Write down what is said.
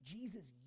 Jesus